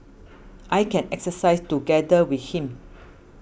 I can exercise together with him